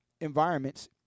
environments